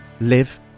live